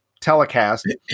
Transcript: telecast